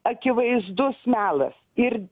akivaizdus melas ir